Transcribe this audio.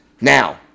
Now